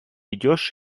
идешь